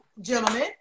gentlemen